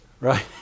right